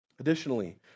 Additionally